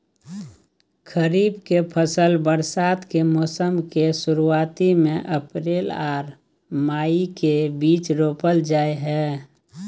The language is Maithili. खरीफ के फसल बरसात के मौसम के शुरुआती में अप्रैल आर मई के बीच रोपल जाय हय